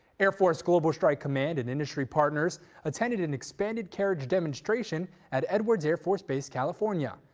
air force global strike command and industry partners attended an expanded carriage demonstration at edwards air force base, california.